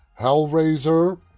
Hellraiser